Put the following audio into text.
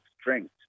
strength